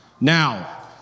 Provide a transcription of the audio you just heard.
Now